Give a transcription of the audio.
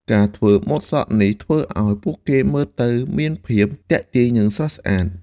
ការធ្វើម៉ូតសក់នេះធ្វើឱ្យពួកគេមើលទៅមានភាពទាក់ទាញនិងស្រស់ស្អាត។